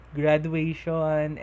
graduation